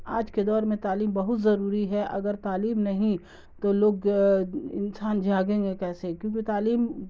آج کے دور میں تعلیم بہت ضروری ہے اگر تعلیم نہیں تو لوگ انسان جاگیں گے کیسے کیونکہ تعلیم